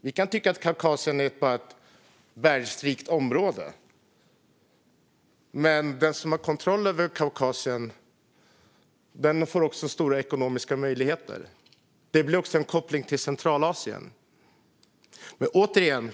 Vi kan tycka att Kaukasien bara är ett bergsrikt område. Men den som har kontroll över Kaukasien får också stora ekonomiska möjligheter. Det blir också en koppling till Centralasien. Fru talman!